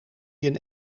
een